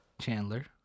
Chandler